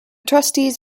trustees